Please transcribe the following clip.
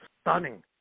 stunning